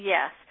Yes